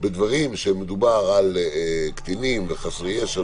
כשמדובר על קטינים וחסרי ישע וכו'.